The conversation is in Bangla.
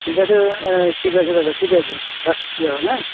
ঠিক আছে ঠিক আছে দাদা ঠিক আছে রাখছি দাদা এখন হ্যাঁ